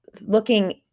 looking